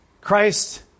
Christ